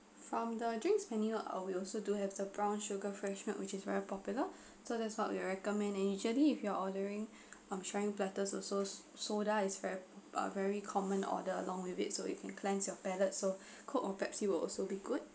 from the drinks menu uh we also do have the brown sugar fresh milk which is very popular so that's what we'll recommend and usually if you're ordering of sharing platters also soda is ver~ very common order along with it so you can cleanse your palate so coke or Pepsi will also be good